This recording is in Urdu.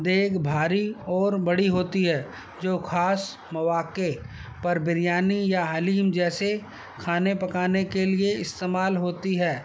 دیگ بھاری اور بڑی ہوتی ہے جو خاص مواقع پر بریانی یا حلیم جیسے کھانے پکانے کے لیے استعمال ہوتی ہے